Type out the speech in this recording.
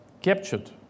captured